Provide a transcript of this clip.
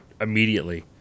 immediately